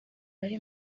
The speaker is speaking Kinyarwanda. ari